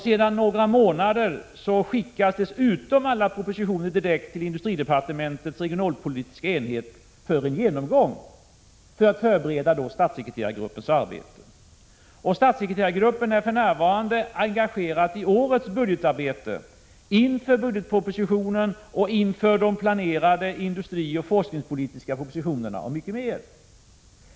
Sedan några månader skickas dessutom alla propositioner direkt till industridepartementets regionalpolitiska enhet för genomgång, för att förbereda statssekreterargruppens arbete. Statssekreterargruppen är för närvarande engagerad i årets budgetarbete inför budgetpropositionen och inför de planerade industrioch forskningspolitiska propositionerna och mycket mer.